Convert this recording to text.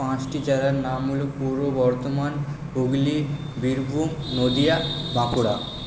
পাঁচটি জেলার নাম হলো পূর্ব বর্ধমান হুগলি বীরভূম নদীয়া বাঁকুড়া